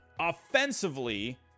Offensively